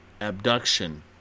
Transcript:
abduction